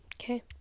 Okay